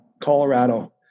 Colorado